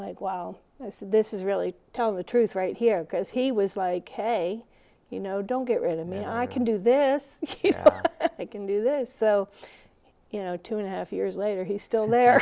like wow this is really telling the truth right here because he was like hey you know don't get rid of me i can do this they can do this so you know two and a half years later he's still there